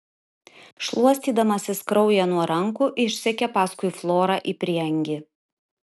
šluostydamasis kraują nuo rankų išsekė paskui florą į prieangį